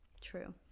True